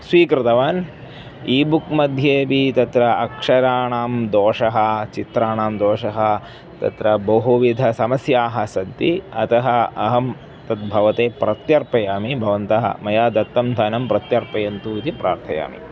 स्वीकृतवान् e book मध्येपि तत्र अक्षराणां दोषः चित्राणां दोषः तत्र बहुविधसमस्याः सन्ति अतः अहं तद्भवते प्रत्यर्पयामि भवन्तः मया दत्तं धनं प्रत्यर्पयन्तु इति प्रार्थयामि